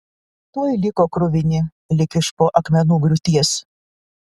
tuoj liko kruvini lyg iš po akmenų griūties